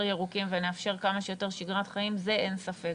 ירוקים ונאפשר כמה שיותר שגרת חיים אין ספק,